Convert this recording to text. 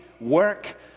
work